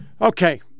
okay